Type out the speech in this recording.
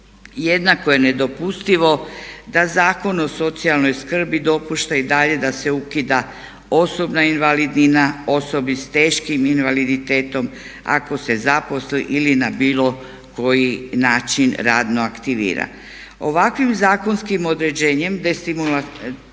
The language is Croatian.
Jednako je nedopustivo da Zakon o socijalnoj skrbi dopušta i dalje da se ukida osobna invalidnina osobi s teškim invaliditetom ako se zaposli ili na bilo koji način radno aktivira. Ovakvim zakonskim određenjem